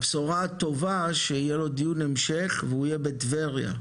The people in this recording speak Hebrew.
הבשורה הטובה שיהיה לו דיון המשך והוא יהיה בטבריה,